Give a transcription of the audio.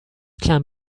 can